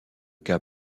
cas